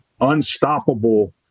unstoppable